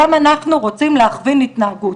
גם אנחנו רוצים להכווין התנהגות,